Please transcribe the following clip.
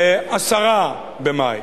ב-10 במאי,